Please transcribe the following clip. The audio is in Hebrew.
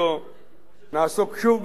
נעסוק שוב בנושא הזה.